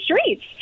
streets